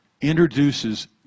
introduces